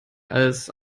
als